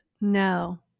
No